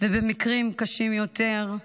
ובמקרים קשים יותר,